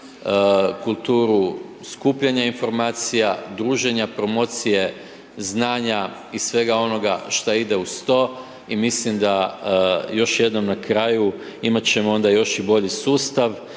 kulturu skupljanja informacija, druženja, promocije, znanja i svega onoga što ide uz to i mislim da još jednom na kraju, imat ćemo onda još i bolji sustav